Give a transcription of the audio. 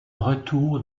retour